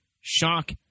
Shock